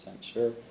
sure